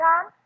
Tom